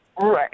Right